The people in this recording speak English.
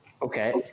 Okay